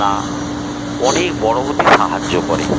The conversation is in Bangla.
না অনেক বড় হতে সাহায্য করে